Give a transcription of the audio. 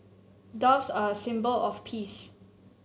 doves are a symbol of peace